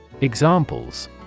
Examples